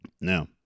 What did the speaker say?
Now